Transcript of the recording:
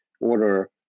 order